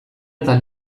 eta